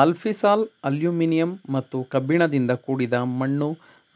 alfisol aluminium ಮತ್ತು ಕಬ್ಬಿಣದಿಂದ ಕೂಡಿದ ಮಣ್ಣು